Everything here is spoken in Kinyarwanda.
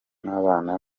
n’abana